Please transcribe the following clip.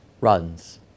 runs